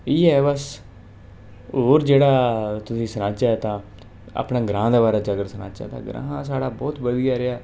इ'यै बस्स होर जेह्ड़ा तुसेंगी सनाचै तां अपनै ग्रांऽ दे बारै च अगर सनाचै तां ग्रांऽ साढ़ा बोह्त बधिया रेहा